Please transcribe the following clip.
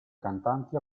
cantanti